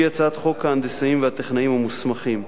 שהיא הצעת חוק ההנדסאים והטכנאים המוסמכים.